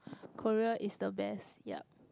Korea is the best yup